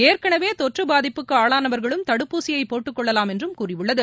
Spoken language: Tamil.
ஏற்கனவே தொற்று பாதிப்புக்கு ஆளானவர்களும் தடுப்பூசியை போட்டுக் கொள்ளலாம் என்றும் கூழியுள்ளது